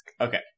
Okay